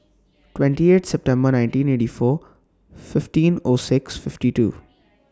twenty eighth September nineteen eighty four fifteen O six fifty two